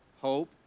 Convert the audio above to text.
hope